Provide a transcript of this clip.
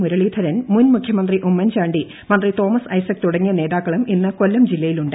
മുരളീധരൻ മുൻ മുഖ്യമന്ത്രി ഉമ്മൻചാണ്ടി മന്ത്രി തോമസ് ഐസക് തുടങ്ങിയ നേതാക്കളും ഇന്ന് കൊല്ലം ജില്ലയിലുണ്ട്